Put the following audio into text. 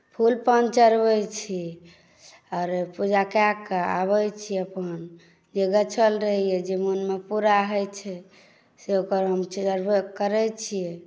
फूल पान चढ़बैत छी आओर पूजा कए कऽ आबैत छी अपन जे गछल रहैए जे मोनमे पूरा होइत छै से ओकर हम करैत छियै